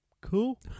Cool